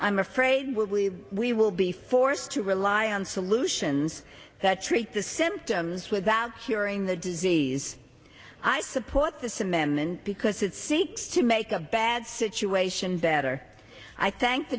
i'm afraid will we we will be forced to rely on solutions that treat the symptoms without curing the disease i support this amendment because it seeks to make a bad situation better i thank the